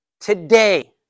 Today